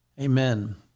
Amen